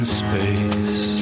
space